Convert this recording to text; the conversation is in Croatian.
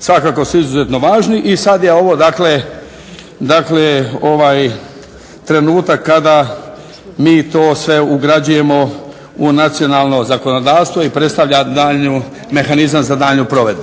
svakako su izuzetno važni i sad je ovo dakle ovaj trenutak kada mi to sve ugrađujemo u nacionalno zakonodavstvo i predstavlja mehanizam za daljnju provedbu.